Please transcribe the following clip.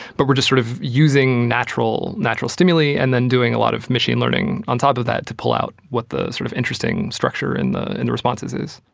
but we are just sort of using natural natural stimuli and then doing a lot of machine learning on top of that to pull out what the sort of interesting structure in the in the responses is.